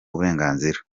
uburenganzira